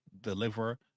deliver